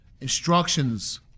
instructions